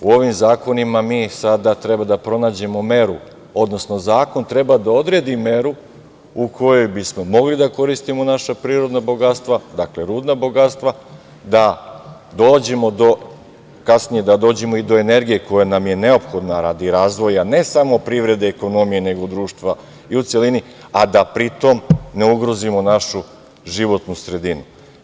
U ovim zakonima mi sada treba da pronađemo meru, odnosno zakon treba da odredi meru u kojoj bi smo mogli da koristimo naša prirodna bogatstva, dakle rudna bogatstva, da kasnije dođemo i do energije koja nam je neophodna radi razvoja ne samo privrede i ekonomije, nego društva i u celini, a da pritom ne ugrozimo našu životnu sredinu.